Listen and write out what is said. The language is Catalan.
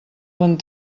bon